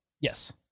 Yes